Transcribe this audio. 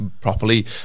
properly